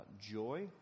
joy